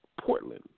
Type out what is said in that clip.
Portland